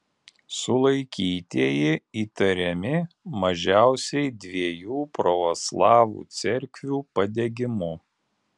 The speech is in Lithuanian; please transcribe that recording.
sulaikytieji įtariami mažiausiai dviejų pravoslavų cerkvių padegimu